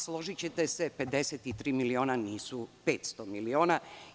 Složićete se da 53 miliona nisu 500 miliona.